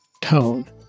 tone